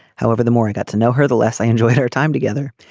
however the more i got to know her the less i enjoyed our time together.